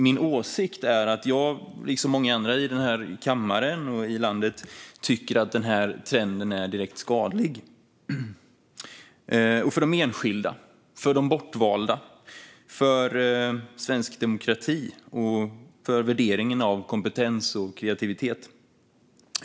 Min åsikt är att jag, liksom många andra i denna kammare och i landet, tycker att denna trend är direkt skadlig - för de enskilda, för de bortvalda, för svensk demokrati och för värderingen av kompetens och kreativitet.